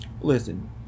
Listen